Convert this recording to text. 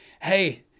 hey